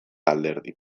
alderdik